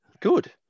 Good